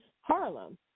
harlem